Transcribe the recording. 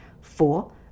Four